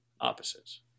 opposites